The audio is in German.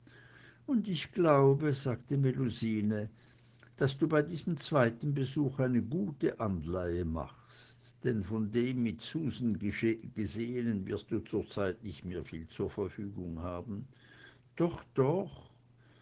nachging ich glaube sagte melusine daß du bei diesem zweiten besuch eine gute anleihe machst denn von dem mit susan gesehenen wirst du zur zeit nicht mehr viel zur verfügung haben doch doch